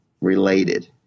related